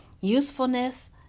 usefulness